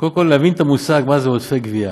קודם כול להבין את המושג, מה זה עודפי גבייה.